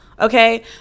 Okay